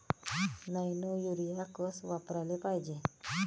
Nano urea कस वापराले पायजे?